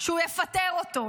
שהוא יפטר אותו.